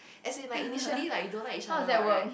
as in like initially like you don't like each other what right